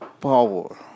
power